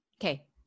Okay